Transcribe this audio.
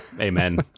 amen